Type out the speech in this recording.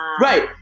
right